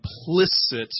implicit